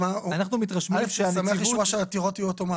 אני שמח לשמוע שהעתירות יהיו אוטומטיות.